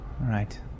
right